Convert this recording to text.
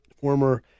former